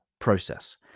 process